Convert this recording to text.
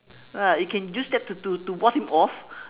ah you can just use that to to to ward him off